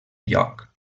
lloc